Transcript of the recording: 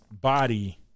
body